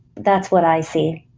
that's what i see.